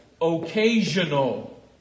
occasional